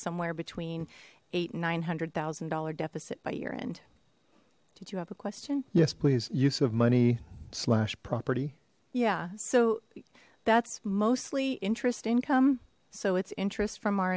somewhere between eight and nine hundred thousand dollar deficit by year end did you have a question yes please use of money slash property yeah so that's mostly interest income so it's interest from our